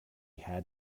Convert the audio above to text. had